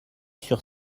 sur